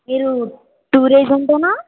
మీరు టూర్ ఏజెంటేనా